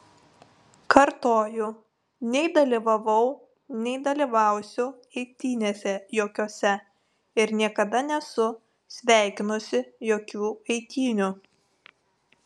kartoju nei dalyvavau nei dalyvausiu eitynėse jokiose ir niekada nesu sveikinusi jokių eitynių